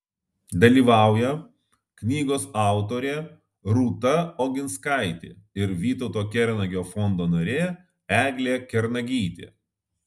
dalyvauja knygos autorė rūta oginskaitė ir vytauto kernagio fondo narė eglė kernagytė